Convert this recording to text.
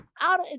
Out